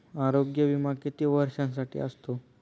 आरोग्य विमा किती वर्षांसाठी असतो?